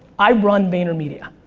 i run vaynermedia,